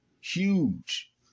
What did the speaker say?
huge